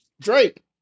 Drake